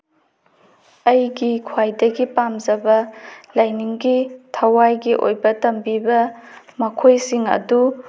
ꯑꯩꯒꯤ ꯈ꯭ꯋꯥꯏꯗꯒꯤ ꯄꯥꯝꯖꯕ ꯂꯥꯏꯅꯤꯡꯒꯤ ꯊꯋꯥꯏꯒꯤ ꯑꯣꯏꯕ ꯇꯝꯕꯤꯕ ꯃꯈꯣꯏꯁꯤꯡ ꯑꯗꯨ